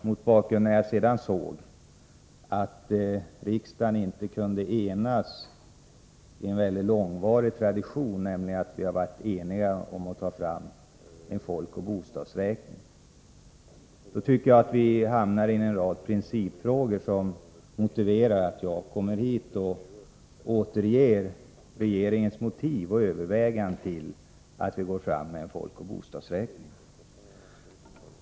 När jag sedan har "sett att riksdagen inte kan fullfölja en väldigt långvarig tradition, nämligen att enas om att ta fram en folkoch bostadsräkning, tycker jag att vi hamnar i en rad principfrågor som motiverar att jag kommer hit och återger regeringens överväganden och motiv för att gå fram med en folkoch bostadsräkning.